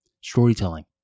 storytelling